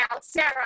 Sarah